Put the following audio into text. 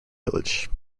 village